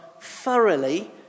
thoroughly